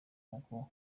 n’uko